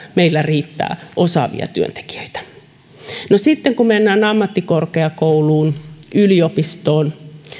meillä riittää osaavia työntekijöitä tulevaisuudessa no sitten kun mennään ammattikorkeakouluun yliopistoon